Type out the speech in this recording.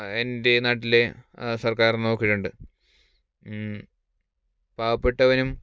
എൻ്റെ നാട്ടിലെ സർക്കാർ നോക്കിയിട്ടുണ്ട് പാവപ്പെട്ടവനും